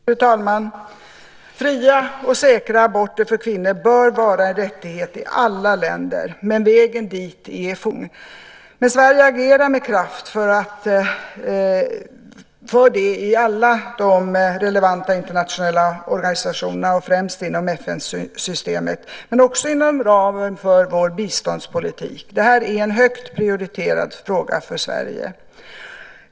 Fru talman! Fria och säkra aborter för kvinnor bör vara en rättighet i alla länder. Vägen dit är fortfarande lång, men Sverige agerar med kraft för det i alla relevanta internationella organisationer. Det gäller främst inom FN-systemet men också inom ramen för vår biståndspolitik. Det här är en högt prioriterad fråga för Sverige.